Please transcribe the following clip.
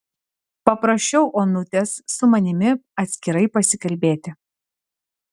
paprašiau onutės su manimi atskirai pasikalbėti